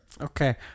Okay